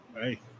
hey